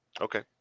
Okay